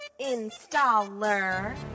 Installer